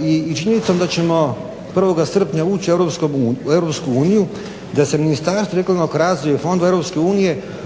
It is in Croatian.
i činjenicom da ćemo 1. srpnja ući u Europsku uniju, da se ministarstvo …/Govornik se